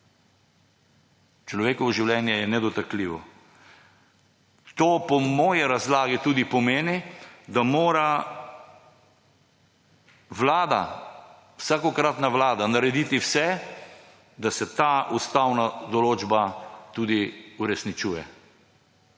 Človekovo življenje je nedotakljivo. To po moji razlagi tudi pomeni, da mora vsakokratna vlada narediti vse, da se ta ustavna določba tudi uresničuje.